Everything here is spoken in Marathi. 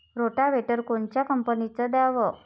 रोटावेटर कोनच्या कंपनीचं घ्यावं?